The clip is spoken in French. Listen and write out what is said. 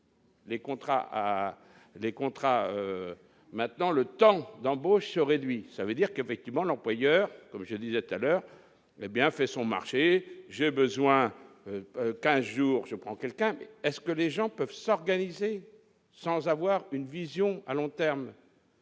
des contrats maintenant le temps d'embauche se réduit, ça veut dire qu'effectivement l'employeur comme je disais tout à l'heure, hé bien fait son marché, j'ai besoin qu'un jour je prends quelqu'un est-ce que les gens peuvent s'organiser sans avoir une vision à long terme.